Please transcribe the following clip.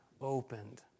opened